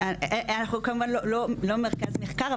לא מרכז מחקר,